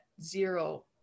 zero